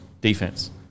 Defense